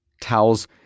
towels